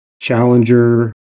Challenger